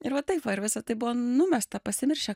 ir va taip va ir visa tai buvo numesta pasimiršę